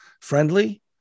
friendly